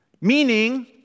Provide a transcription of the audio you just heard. Meaning